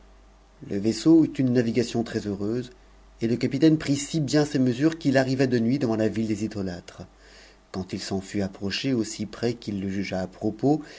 le vaisseau eut une navigation très-heureuse et le capitaine prit si bien ses mesures qu'il arriva de nuit devant la ville des idolâtres quand il s'en fat approché aussi près qu'il le jugea à propos